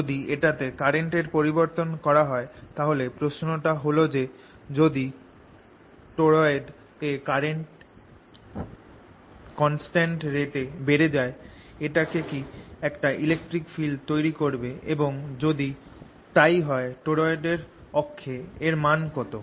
যদি এটাতে কারেন্ট এর পরিবর্তন করা হয় তাহলে প্রশ্নটা হল যে যদি টরয়েডে কারেন্ট কনস্ট্যান্ট রেট এ বেড়ে যায় এটা কি একটা ইলেকট্রিক ফিল্ড তৈরি করবে এবং যদি তাই হয় টরয়েডের অক্ষে এর মান কত